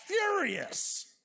furious